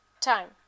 time